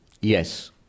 Yes